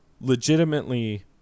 legitimately